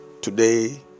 today